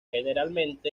generalmente